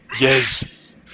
Yes